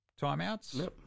timeouts